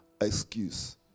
excuse